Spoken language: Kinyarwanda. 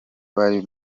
bari